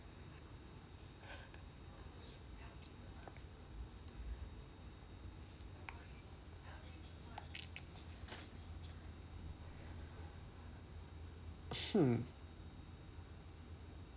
hmm